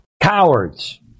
Cowards